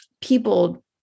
People